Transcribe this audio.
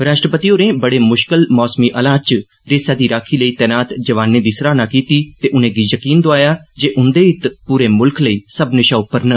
राष्ट्रपति होरें बड़े मुश्कल मौसमी हालात च देसै दी राक्खी लेई तैनात जवानें दी सराहना कीती ते उनेंगी यकीन दोआया जे उन्दे हित पूरे मुल्ख लेई सब्बनें शा उप्पर न